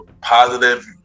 positive